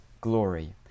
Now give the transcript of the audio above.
glory